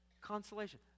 Consolation